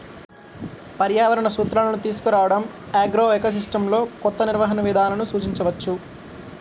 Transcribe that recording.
పర్యావరణ సూత్రాలను తీసుకురావడంఆగ్రోఎకోసిస్టమ్లోకొత్త నిర్వహణ విధానాలను సూచించవచ్చు